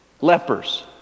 lepers